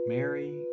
Mary